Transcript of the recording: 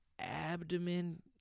abdomen